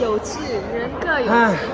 so let's go home.